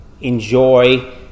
enjoy